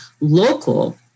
local